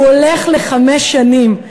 הוא הולך לחמש שנים.